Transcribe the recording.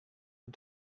and